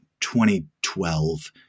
2012